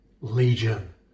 legion